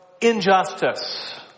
injustice